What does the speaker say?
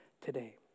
today